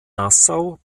nassau